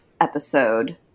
episode